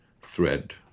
thread